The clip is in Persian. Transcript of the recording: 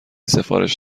سفارش